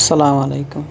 سلام علیکُم